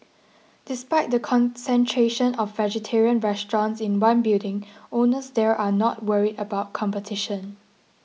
despite the concentration of vegetarian restaurants in one building owners there are not worried about competition